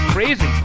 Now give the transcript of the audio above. Crazy